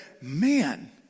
Man